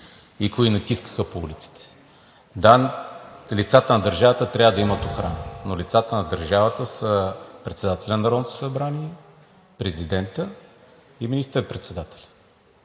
и кои натискаха по улиците. Да, лицата на държавата трябва да имат охрана, но лицата на държавата са: председателят на Народното събрание, президентът и министър-председателят.